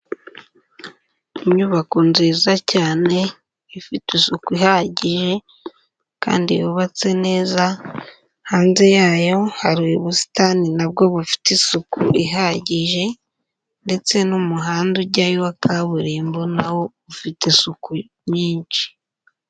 Inyubako nziza cyane ifite isuku ihagije kandi yubatse neza, hanze yayo hari ubusitani nabwo bufite isuku ihagije ndetse n'umuhanda ujyayo wa kaburimbo na wo ufite isuku nyinshi.